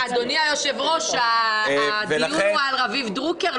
אדוני היושב-ראש, הדיון הוא על רביב דרוקר?